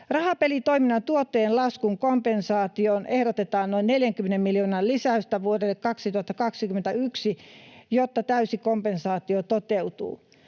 Rahapelitoiminnan tuottojen laskun kompensaatioon ehdotetaan noin 40 miljoonan lisäystä vuodelle 2021, jotta täysi kompensaatio toteutuu.